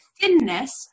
thinness